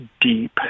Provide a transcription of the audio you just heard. deep